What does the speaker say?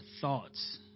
thoughts